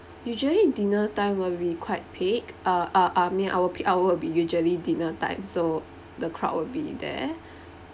usually dinner time will be quite peak uh uh I mean our peak hour will be usually dinner time so the crowd will be there